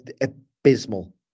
abysmal